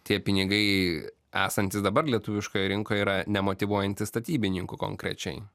tie pinigai esantys dabar lietuviškoje rinkoje yra nemotyvuojantys statybininkų konkrečiai